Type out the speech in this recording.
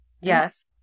Yes